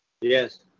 Yes